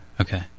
Okay